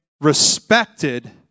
respected